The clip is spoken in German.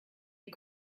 die